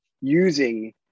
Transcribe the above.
using